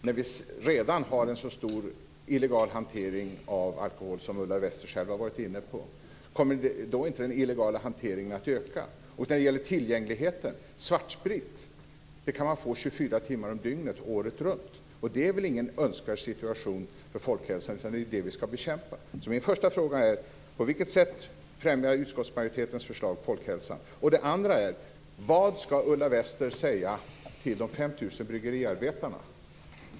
När vi redan har en så stor illegal hantering av alkohol, som Ulla Wester själv har varit inne på, kommer då inte den illegala hanteringen att öka? När det gäller tillgängligheten kan man få tag i svartsprit 24 timmar om dygnet året runt. Det är väl ingen önskvärd situation för folkhälsan, utan det är ju det som vi ska bekämpa. Min första fråga är: På vilket sätt befrämjar utskottsmajoritetens förslag folkhälsan? Den andra frågan är: Vad ska Ulla Wester säga till de 5 000 bryggeriarbetarna?